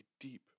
deep